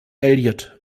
elliott